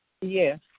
Yes